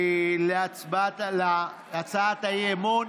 הצעת האי-אמון,